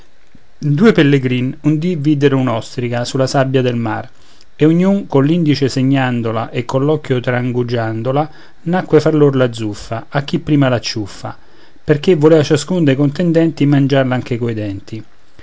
due pellegrini un dì videro un'ostrica sulla sabbia del mar e ognun coll'indice segnandola e coll'occhio trangugiandola nacque fra lor la zuffa a chi prima l'acciuffa perché volea ciascun dei contendenti mangiarla anche coi denti